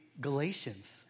Galatians